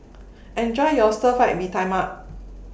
Enjoy your Stir Fry Mee Tai Mak